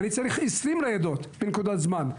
אני צריך עשרים ניידות בנקודת זמן אחת,